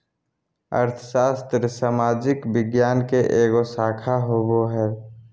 अर्थशास्त्र सामाजिक विज्ञान के एगो शाखा होबो हइ